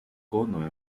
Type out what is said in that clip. cono